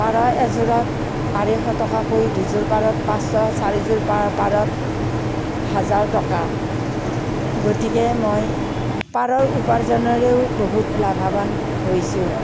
পাৰ এযোৰত আঢ়ৈশ টকাকৈ দুযোৰ পাৰত পাঁচশ চাৰিযোৰ পাৰ পাৰত হাজাৰ টকা গতিকে মই পাৰৰ উপাৰ্জনেৰেও বহুত লাভৱান হৈছোঁ